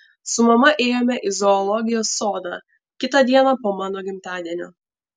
su mama ėjome į zoologijos sodą kitą dieną po mano gimtadienio